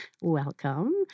welcome